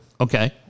okay